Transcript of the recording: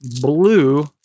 blue